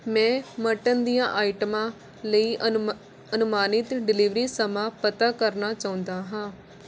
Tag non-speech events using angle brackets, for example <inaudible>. ਮੈਂ ਮਟਨ ਦੀਆਂ ਆਈਟਮਾਂ ਲਈ <unintelligible> ਅਨੁਮਾਨਿਤ ਡਿਲੀਵਰੀ ਸਮਾਂ ਪਤਾ ਕਰਨਾ ਚਾਹੁੰਦਾ ਹਾਂ